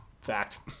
Fact